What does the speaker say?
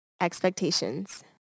expectations